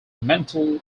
mental